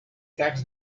tax